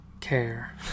care